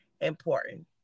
important